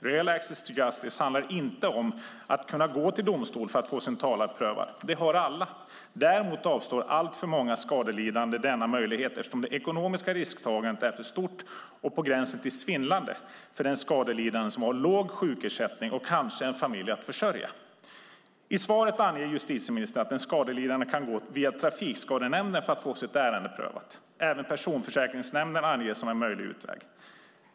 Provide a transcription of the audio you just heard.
Reell access to justice handlar inte om att kunna gå till domstol för att få sin talan prövad - det har alla - däremot avstår allt för många skadelidande från denna möjlighet eftersom det ekonomiska risktagandet är för stort och på gränsen till svindlande för en skadelidande som har låg sjukersättning och kanske en familj att försörja. I svaret anger justitieministern att den skadelidande kan gå via Trafikskadenämnden för att få sitt ärende prövat. Även Personförsäkringsnämnden anges som en möjlig utväg.